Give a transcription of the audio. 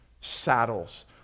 saddles